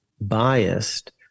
biased